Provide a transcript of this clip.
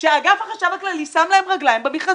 שאגף החשב הכללי שם להם רגליים במכרזים.